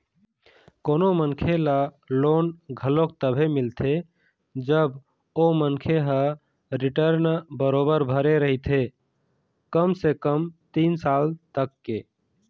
कोनो मनखे ल लोन घलोक तभे मिलथे जब ओ मनखे ह रिर्टन बरोबर भरे रहिथे कम से कम तीन साल तक के